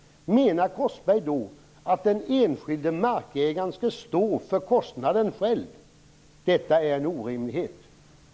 Menar Ronny Korsberg då att den enskilde markägaren själv skall stå för kostnaden. Detta är en orimlighet, herr talman.